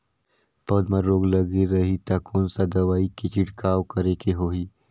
पौध मां रोग लगे रही ता कोन सा दवाई के छिड़काव करेके होही?